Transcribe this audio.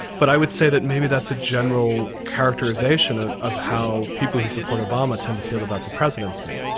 but i would say that maybe that's a general characterisation of of how people who support obama tend to feel about the presidency.